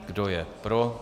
Kdo je pro?